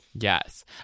Yes